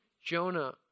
Jonah